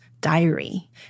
diary